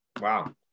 Wow